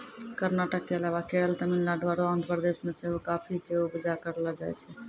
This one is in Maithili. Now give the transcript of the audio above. कर्नाटक के अलावा केरल, तमिलनाडु आरु आंध्र प्रदेश मे सेहो काफी के उपजा करलो जाय छै